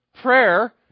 Prayer